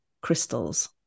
crystals